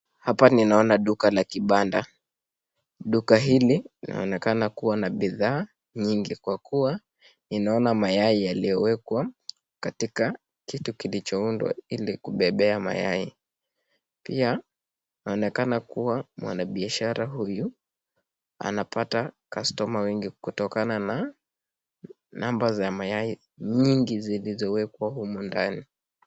Hapa ninaona duka la kibanda , duka hili linaonekana kuwa na bidhaa nyingi kwa kuwa ninaona mayai yaliyowekwa katika kitu kilichoundwa ili kubebea mayai ,pia anaonekana kuwa mwanabiashara huyu anapata customer wengi kutokana na number za mayai mingi zilizowekwa humu ndani.